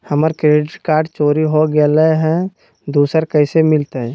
हमर credit card चोरी हो गेलय हई, दुसर कैसे मिलतई?